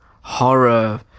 horror